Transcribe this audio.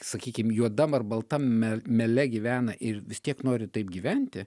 sakykim juodam ar baltam me mele gyvena ir vis tiek nori taip gyventi